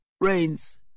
rains